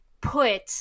put